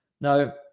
Now